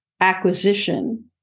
acquisition